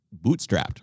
bootstrapped